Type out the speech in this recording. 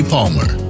Palmer